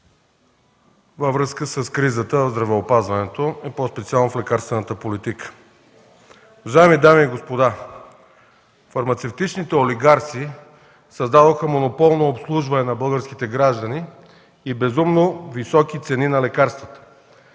във връзка с кризата в здравеопазването и по-специално в лекарствената политика. „Уважаеми дами и господа, фармацевтичните олигарси създадоха монопол на обслужване на българските граждани и безумно високи цени на лекарствата.